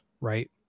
right